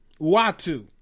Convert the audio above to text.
Watu